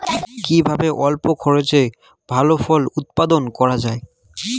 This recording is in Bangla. কিভাবে স্বল্প খরচে ভালো ফল উৎপাদন করা যায়?